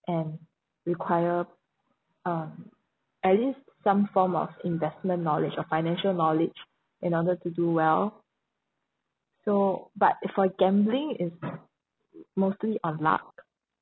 and require um at least some form of investment knowledge or financial knowledge in order to do well so but if for gambling is mostly on luck